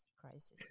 crisis